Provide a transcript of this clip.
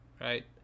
right